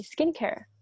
skincare